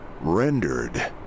rendered